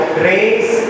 grace